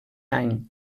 any